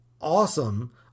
awesome